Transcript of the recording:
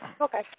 Okay